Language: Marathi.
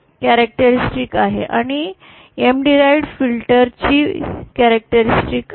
आणि ही M डिराइवड फिल्टर ची वैशिष्ट्ये आहेत